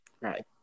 Right